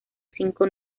cinco